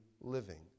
living